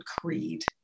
creed